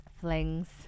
flings